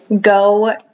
go